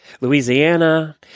Louisiana